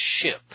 ship